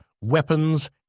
weapons